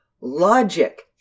Logic